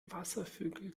wasservögel